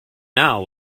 now